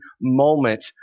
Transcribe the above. moment